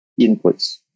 inputs